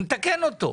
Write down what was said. נתקן אותו,